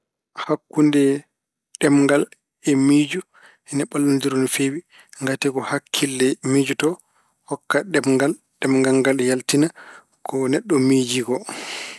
Hakkunde ɗemngal e miijo ene ɓallondiri no feewi ngati ko hakkille miijoto, hokka ɗemngal, ɗemngal ngal yaltina ko neɗɗo miijii ko.